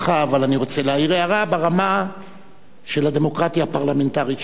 אבל אני רוצה להעיר הערה ברמה של הדמוקרטיה הפרלמנטרית שלנו.